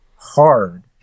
hard